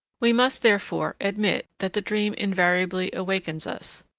we must, therefore, admit that the dream invariably awakens us,